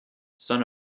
son